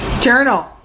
Journal